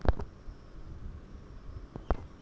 একদিন এ কতো টাকা তুলা যাবে?